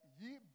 ye